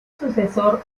sucesor